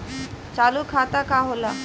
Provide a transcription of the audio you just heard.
चालू खाता का होला?